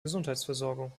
gesundheitsversorgung